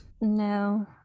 no